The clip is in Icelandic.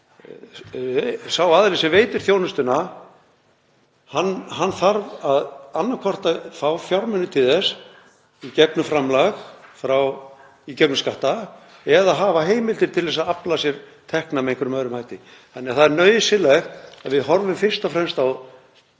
Sá aðili sem veitir þjónustuna þarf annaðhvort að fá fjármuni til þess í gegnum framlag, í gegnum skatta, eða hafa heimildir til að afla sér tekna með einhverjum öðrum hætti. Það er nauðsynlegt að við horfum fyrst og fremst á